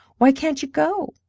why can't you go?